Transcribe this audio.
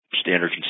standard